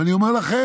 ואני אומר לכם,